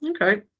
Okay